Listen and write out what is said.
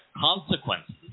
consequences